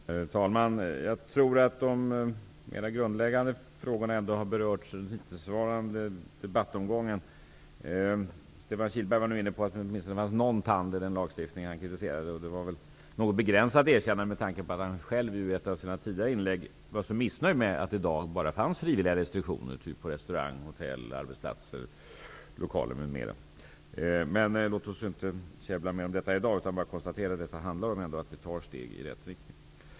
Herr talman! Jag tror att de mera grundläggande frågorna har berörts av den förutvarande debattomgången. Stefan Kihlberg var inne på att det i den lagstiftningen som han kritiserade åtminstone fanns någon tand. Det var väl ett något begränsat erkännande, med tanke på att han i ett av sina tidigare inlägg var så missnöjd med att det i dag bara finns frivilliga restriktioner, t.ex. på restauranger, hotell, arbetsplatser och i lokaler. Men låt oss inte käbbla mer om detta i dag, utan bara konstatera att detta handlar om att vi tar steg i rätt riktning.